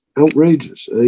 Outrageous